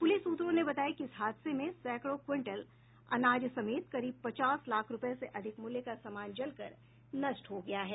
प्रलिस सूत्रों ने बताया कि इस हादसे में सैकड़ों क्विंटल अनाज समेत करीब पचास लाख रुपये से अधिक मूल्य का समान जलकर नष्ट हो गया है